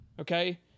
okay